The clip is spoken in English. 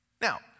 Now